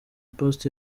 post